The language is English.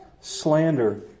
slander